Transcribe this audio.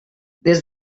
des